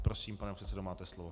Prosím, pane předsedo, máte slovo.